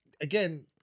again